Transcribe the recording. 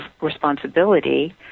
responsibility